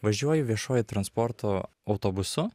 važiuoju viešuoju transporto autobusu